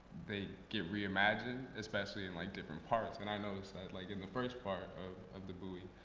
they get reimagined, especially in like different parts. and i noticed that like in the first part of of the buoy,